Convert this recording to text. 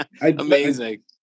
Amazing